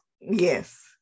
yes